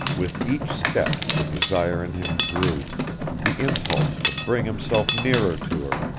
with each step the desire in him grew the impulse to bring himself nearer to her,